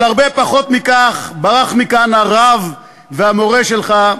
על הרבה פחות מכך ברח מכאן הרב והמורה שלך,